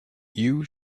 you